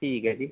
ठीक ऐ जी